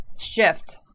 shift